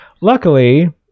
Luckily